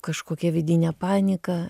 kažkokia vidinė panika